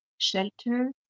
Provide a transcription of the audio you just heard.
shelter